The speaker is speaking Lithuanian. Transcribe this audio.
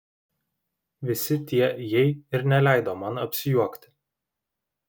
visi tie jei ir neleido man apsijuokti